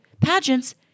pageants